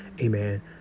amen